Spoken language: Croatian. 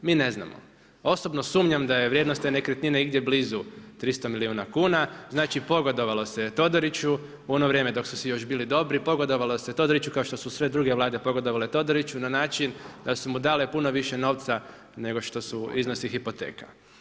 Mi ne znamo, osobno sumnjam daje vrijednost te nekretnine igdje blizu 300 milijuna kuna, znači pogodovalo se je Todoriću u ono vrijeme dok su si još bili dobri, pogodovalo se Todoriću kao što su sve druge Vlade pogodovale na način da su mu dale puno više novca nego što iznosi hipoteka.